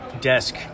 desk